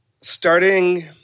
starting